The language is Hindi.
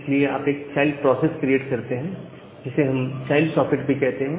इसलिए आप एक चाइल्ड प्रोसेस क्रिएट करते हैं जिसे हम चाइल्ड सॉकेट भी कहते हैं